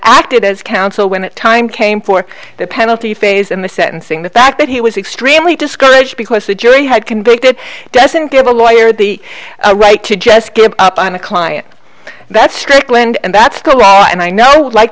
acted as counsel when a time came for the penalty phase in the sentencing the fact that he was extremely discouraged because the jury had convicted doesn't give a lawyer the right to just give up on a client that's strickland and that's the law and i know like